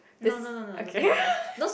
this okay